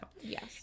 yes